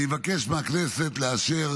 אני מבקש מהכנסת לאשר